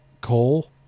coal